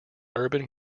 urban